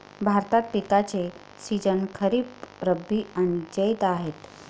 भारतात पिकांचे सीझन खरीप, रब्बी आणि जैद आहेत